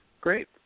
Great